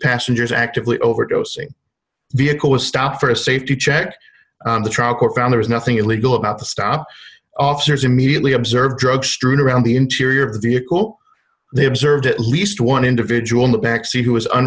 passengers actively overdosing vehicle was stopped for a safety check on the truck or found there is nothing illegal about the stop officers immediately observed drugs strewn around the interior of the vehicle they observed at least one individual in the back seat who was